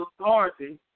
authority